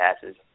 passes